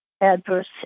adverse